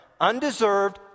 Undeserved